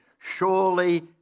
surely